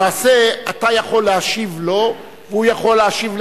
למעשה אתה יכול להשיב לו, והוא יכול להשיב לך,